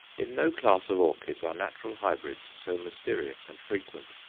in no class of orchids are natural hybrids so mysterious and frequent.